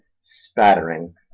spattering